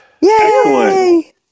Yay